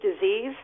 disease